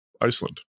Iceland